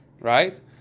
right